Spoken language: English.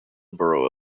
borough